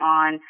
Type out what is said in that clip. on